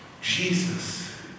Jesus